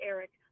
Eric